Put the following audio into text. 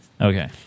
Okay